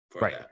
Right